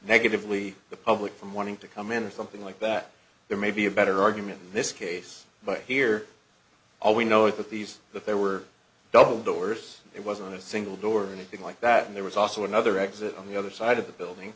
negatively the public from wanting to come in or something like that there may be a better argument in this case but here all we know is that these that there were double doors it wasn't a single door or anything like that and there was also another exit on the other side of the building